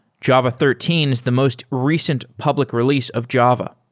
java thirteen is the most recent public release of java.